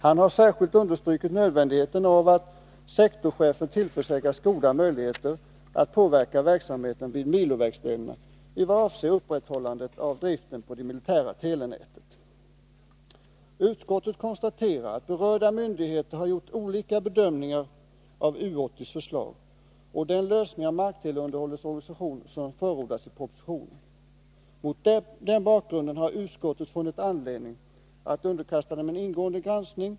Han har särskilt understrukit nödvändigheten av att sektorchefen tillförsäkras goda möjligheter att påverka verksamheten vid miloverkstäderna i vad avser upprätthållandet av driften på det militära telenätet. Utskottet konstaterar att berörda myndigheter har gjort olika bedömningar av U 80:s förslag och den lösning av markteleunderhållets organisation som förordas i propositionen. Mot den bakgrunden har utskottet funnit anledning att underkasta dem en ingående granskning.